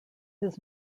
his